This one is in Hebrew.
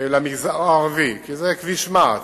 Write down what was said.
למגזר הערבי, כי זה כביש מע"צ.